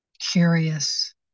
curious